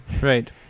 right